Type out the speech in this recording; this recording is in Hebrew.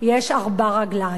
יש ארבע רגליים.